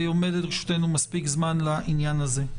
עומד לרשותנו מספיק זמן לעניין זה.